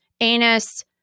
anus